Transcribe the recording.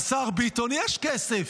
השר ביטון, יש כסף,